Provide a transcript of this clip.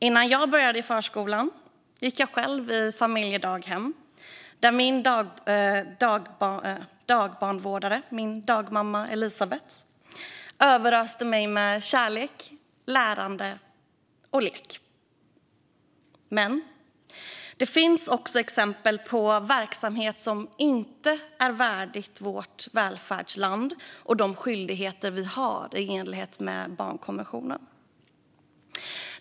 Innan jag började i förskola gick jag i familjedaghem, där min dagbarnvårdare - min dagmamma Elisabeth - överöste mig med kärlek, lärande och lek. Men det finns också exempel på verksamhet som inte är värdig vårt välfärdsland och de skyldigheter vi har i enlighet med barnkonventionen.